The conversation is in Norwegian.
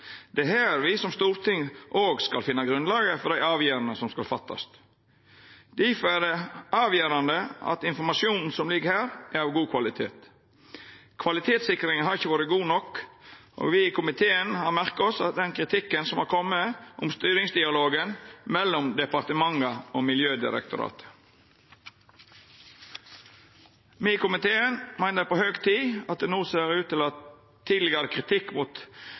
er her me som storting òg skal finna grunnlaget for dei avgjerdene som skal fattast. Difor er det avgjerande at informasjonen som ligg her, er av god kvalitet. Kvalitetssikringa har ikkje vore god nok, og me i komiteen har merka oss den kritikken som har kome om styringsdialogen mellom departementet og Miljødirektoratet. Me i komiteen registrerer at tidlegare kritikk mot Norsk Polarinstitutt no ser ut til å